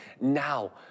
now